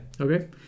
Okay